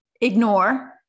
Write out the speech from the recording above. ignore